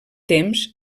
temps